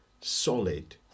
solid